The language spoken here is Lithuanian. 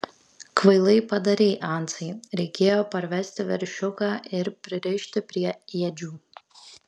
kvailai padarei ansai reikėjo parvesti veršiuką ir pririšti prie ėdžių